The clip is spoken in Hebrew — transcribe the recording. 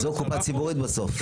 זו קופה ציבורית בסוף.